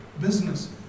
business